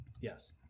yes